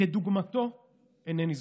שכדוגמתו אינני זוכר.